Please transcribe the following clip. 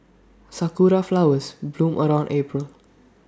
Sakura Flowers bloom around April